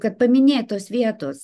kad paminėtos vietos